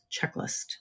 Checklist